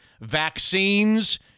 vaccines